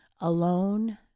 alone